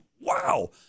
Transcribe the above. Wow